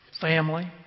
family